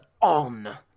on